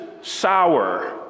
sour